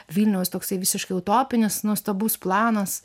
vilniaus toksai visiškai utopinis nuostabus planas